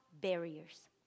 barriers